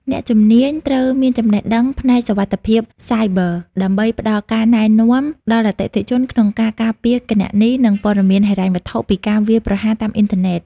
អ្នកជំនាញត្រូវមានចំណេះដឹងផ្នែកសុវត្ថិភាពសាយប័រ ដើម្បីផ្ដល់ការណែនាំដល់អតិថិជនក្នុងការការពារគណនី និងព័ត៌មានហិរញ្ញវត្ថុពីការវាយប្រហារតាមអ៊ីនធឺណិត។